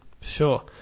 Sure